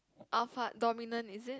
alpha dominant is it